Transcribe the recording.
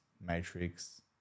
matrix